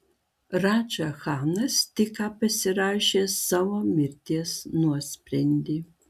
radža chanas tik ką pasirašė savo mirties nuosprendį